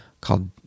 called